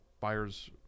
Buyers